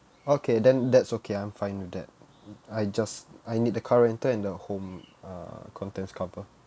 okay then that's okay I'm fine with that I just I need the car rental and the home uh contents cover